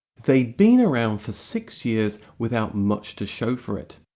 they'd been around for six years without much to show for it.